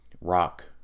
rock